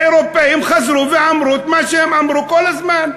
האירופים חזרו ואמרו את מה שהם אמרו כל הזמן: